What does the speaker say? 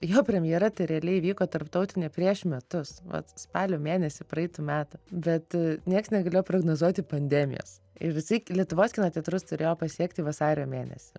jo premjera tai realiai vyko tarptautinė prieš metus vat spalio mėnesį praeitų metų bet nieks negalėjo prognozuoti pandemijos ir jisai lietuvos kino teatrus turėjo pasiekti vasario mėnesį